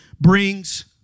brings